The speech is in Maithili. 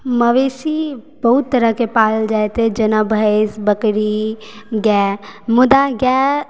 मवेशी बहुत तरह के पालल जाइ छै जेना भैंस बकरी गाय मुदा गाय